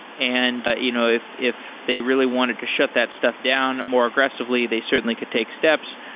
and but you know if if they really wanted to shut that stuff down more aggressively, they certainly could take steps,